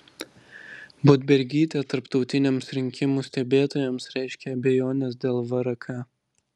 budbergytė tarptautiniams rinkimų stebėtojams reiškia abejones dėl vrk